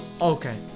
okay